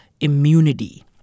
immunity